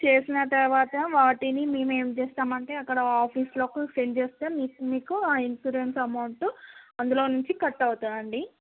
చేసిన తర్వాత వాటిని మేమేం చేస్తామంటే అక్కడ ఆఫీస్కి సెండ్ చేస్తే మీకు మీకు ఆ ఇన్సూరెన్స్ అమౌంట్ అందులో నుంచి కట్ అవుతుందండి